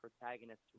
Protagonist